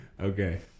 Okay